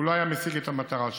הוא לא היה משיג את המטרה שלו.